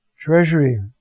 Treasury